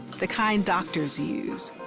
the kind doctors use.